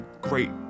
great